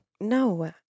No